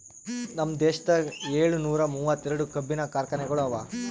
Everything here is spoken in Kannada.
ನಮ್ ದೇಶದಾಗ್ ಏಳನೂರ ಮೂವತ್ತೆರಡು ಕಬ್ಬಿನ ಕಾರ್ಖಾನೆಗೊಳ್ ಅವಾ